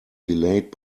delayed